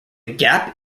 gap